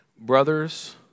Brothers